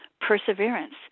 perseverance